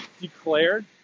declared